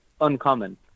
uncommon